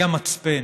היא המצפן.